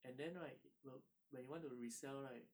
and then right it will when you want to resell right